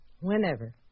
Whenever